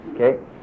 Okay